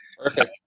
perfect